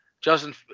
Justin